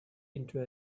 into